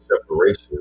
separation